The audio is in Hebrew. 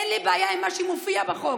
אין לי בעיה עם מה שמופיע בחוק.